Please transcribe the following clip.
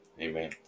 Amen